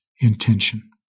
Intention